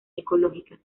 ecológicas